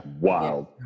wild